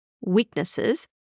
weaknesses